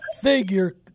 figure